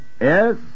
Yes